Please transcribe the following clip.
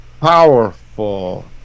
powerful